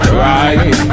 right